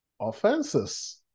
Offenses